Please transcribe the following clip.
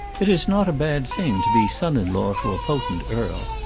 it is not a bad thing to be son-in-law to a potent earl,